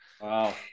Wow